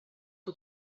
que